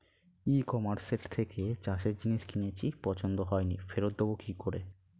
ই কমার্সের থেকে চাষের জিনিস কিনেছি পছন্দ হয়নি ফেরত দেব কী করে?